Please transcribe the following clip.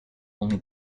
only